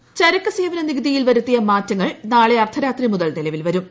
T ചരക്കു സേവന നികുതിയിൽ വരുത്തിയ മാറ്റങ്ങൾ നാളെ അർദ്ധരാത്രിമുതൽ നിലവിൽ വരും